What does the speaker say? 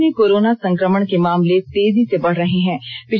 धनबाद में कोरोना संक्रमण के मामले तेजी से बढ़ रहे हैं